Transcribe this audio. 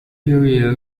career